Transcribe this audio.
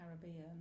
Caribbean